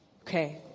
Okay